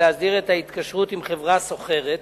להסדיר את ההתקשרות עם חברה סוחרת,